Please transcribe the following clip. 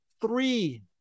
three